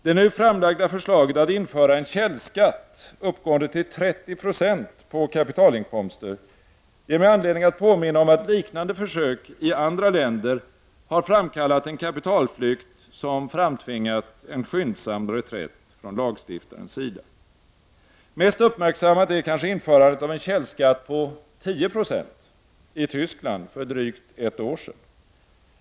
Det nu framlagda förslaget om införande av en källskatt uppgående till 30 26 på kapitalinkomster ger mig anledning att påminna om att liknande försök i andra länder har framkallat en kapitalflykt som framtvingat en skyndsam reträtt från lagstiftarens sida. Mest upp märksammat är kanske införandet av en källskatt på 10 70 i Tyskland för drygt ett år sedan.